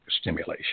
stimulation